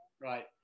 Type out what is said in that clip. right